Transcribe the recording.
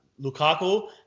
Lukaku